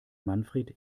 manfred